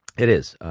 it is.